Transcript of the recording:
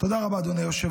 תודה רבה, אדוני היושב-ראש.